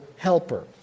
helper